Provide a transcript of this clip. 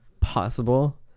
possible